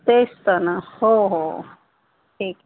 तेच तर ना हो हो ठीक आहे